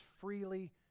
freely